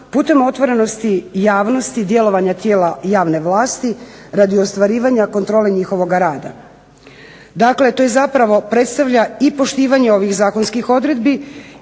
putem otvorenosti javnosti djelovanja tijela javne vlasti radi ostvarivanja kontrole njihovoga rada. Dakle, to zapravo predstavlja i poštivanje ovih zakonskih odredbi